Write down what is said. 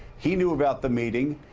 he knew about the meeting.